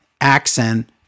accent